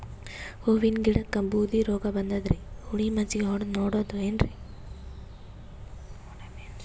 ಹೂವಿನ ಗಿಡಕ್ಕ ಬೂದಿ ರೋಗಬಂದದರಿ, ಹುಳಿ ಮಜ್ಜಗಿ ಹೊಡದು ನೋಡಮ ಏನ್ರೀ?